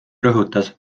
rõhutas